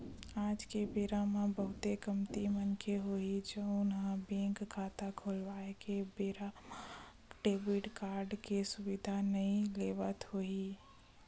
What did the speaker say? आज के बेरा म बहुते कमती मनखे होही जउन ह बेंक खाता खोलवाए के बेरा म डेबिट कारड के सुबिधा नइ लेवत होही